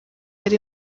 ari